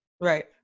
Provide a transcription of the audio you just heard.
Right